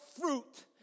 fruit